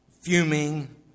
fuming